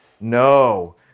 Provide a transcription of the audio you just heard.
No